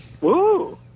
Woo